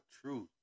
truth